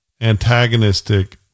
antagonistic